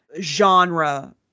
genre